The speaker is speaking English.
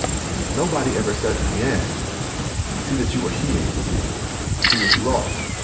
nobody ever said to le-ann i see that you were here i see what you lost.